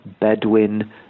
Bedouin